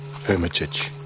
Hermitage